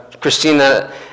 Christina